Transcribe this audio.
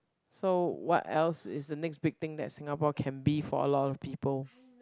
so what else is the next beating that Singapore can be for a lot of people